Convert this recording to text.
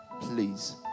please